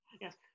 yes